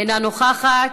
אינה נוכחת.